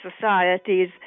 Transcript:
societies